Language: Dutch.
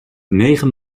negen